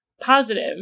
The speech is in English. positive